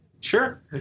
sure